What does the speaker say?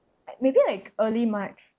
like maybe like early march